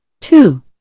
Two